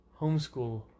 homeschool